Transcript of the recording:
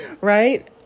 right